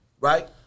Right